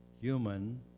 human